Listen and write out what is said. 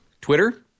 Twitter